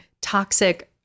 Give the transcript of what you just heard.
toxic